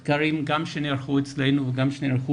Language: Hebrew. מחקרים גם שנערכו אצלנו וגם שנערכו